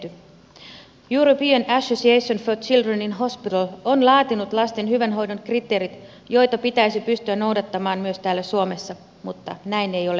european association for children in hospital on laatinut lasten hyvän hoidon kriteerit joita pitäisi pystyä noudattamaan myös täällä suomessa mutta näin ei ole asianlaita